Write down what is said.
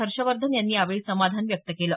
हर्षवर्धन यांनी यावेळी समाधान व्यक्त केलं